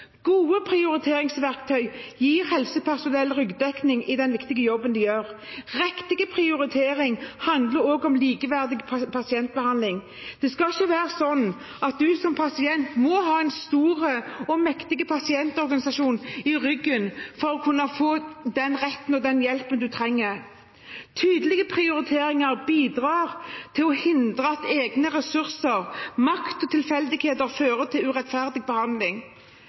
Gode prioriteringsverktøy gir helsepersonell ryggdekning i den viktige jobben de gjør. Riktig prioritering handler også om likeverd i pasientbehandling. Det skal ikke være sånn at man som pasient må ha en stor og mektig pasientorganisasjon i ryggen for å kunne få den retten og den hjelpen man trenger. Tydelige prioriteringer bidrar til å hindre at egne ressurser, makt og tilfeldigheter fører til urettferdig behandling.